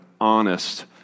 honest